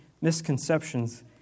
misconceptions